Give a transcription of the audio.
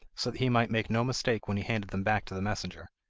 so that he might make no mistake when he handed them back to the messenger.